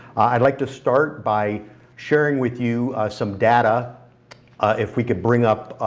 i'd like to start by sharing with you some data if we could bring up